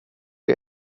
det